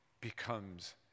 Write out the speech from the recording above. becomes